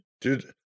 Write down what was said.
Dude